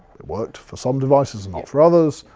worked for some devices and not for others.